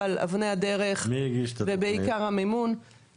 אבל אבני הדרך ובעיקר המימון --- מי הגיש את התכנית?